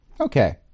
Okay